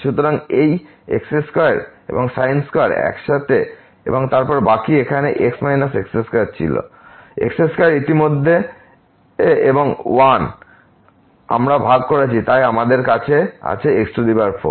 সুতরাং এই x2 এবং sin2 একসাথে এবং তারপর বাকি এখানে x x2 ছিল x2 ইতিমধ্যে এবং 1 আমরা ভাগ করেছি তাই আমাদের আছে x4